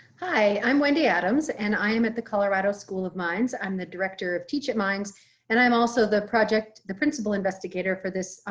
hi i'm wendy atoms, and i am at the colorado school of mines. i'm the director of teach at mines and i'm also the project, the principal investigator for this,